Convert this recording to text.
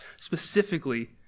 specifically